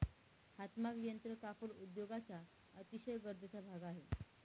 हातमाग यंत्र कापड उद्योगाचा अतिशय गरजेचा भाग आहे